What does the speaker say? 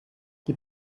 die